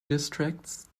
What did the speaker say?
districts